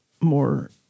more